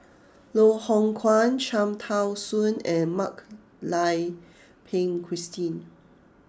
Loh Hoong Kwan Cham Tao Soon and Mak Lai Peng Christine